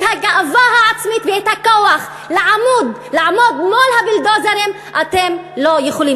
את הגאווה העצמית ואת הכוח לעמוד מול הבולדוזרים אתם לא יכולים.